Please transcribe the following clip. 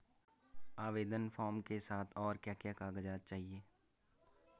आवेदन फार्म के साथ और क्या क्या कागज़ात चाहिए?